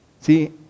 See